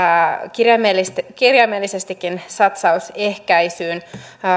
kirjaimellisestikin kirjaimellisestikin satsaus ehkäisyyn